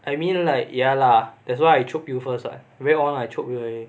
I mean like ya lah that's why I chope you first [what] very long I chope you already